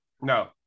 No